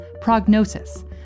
Prognosis